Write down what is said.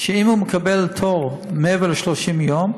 שאם הוא מקבל תור מעבר ל-30 יום,